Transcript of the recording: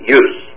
use